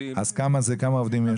70. כמה עובדים יש?